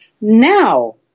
Now